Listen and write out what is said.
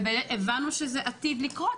והבנו שזה עתיד לקרות.